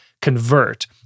convert